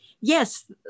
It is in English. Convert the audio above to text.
yes